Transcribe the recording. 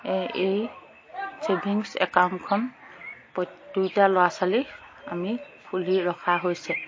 এই ছেভিংছ একাউণ্টখন দুয়োটা ল'ৰা ছোৱালীক আমি খুলি ৰখা হৈছে